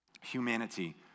humanity